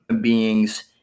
beings